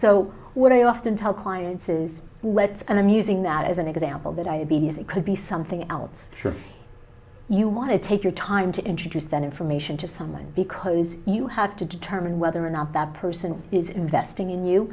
so what i often tell clients is let's and i'm using that as an example the diabetes it could be something else should you want to take your time to introduce that information to someone because you have to determine whether or not that person is investing in you